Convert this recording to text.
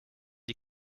die